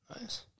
Nice